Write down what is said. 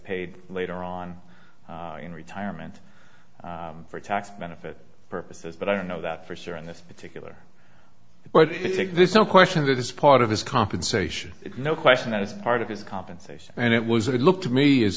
paid later on in retirement for tax benefit purposes but i don't know that for sure in this particular but if you think there's no question that is part of his compensation no question that is part of his compensation and it was it looked to me is